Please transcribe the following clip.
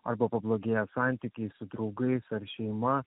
arba pablogėja santykiai su draugais ar šeima